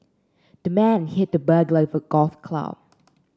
the man hit the burglar with a golf club